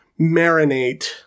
marinate